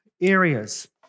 areas